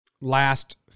Last